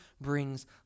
brings